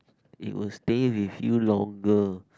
it will stay with you longer